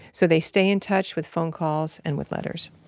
so they stay in touch with phone calls and with letters